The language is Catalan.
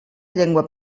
llengua